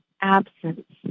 absence